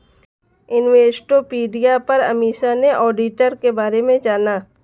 Investopedia पर अमीषा ने auditor के बारे में जाना